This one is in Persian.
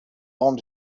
عمر